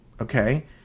Okay